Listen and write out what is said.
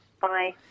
Bye